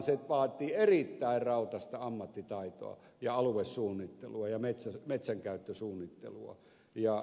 se vaatii erittäin rautaista ammattitaitoa ja aluesuunnittelua ja metsänkäyttösuunnittelua